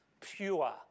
pure